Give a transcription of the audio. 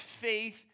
faith